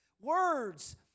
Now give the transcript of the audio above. Words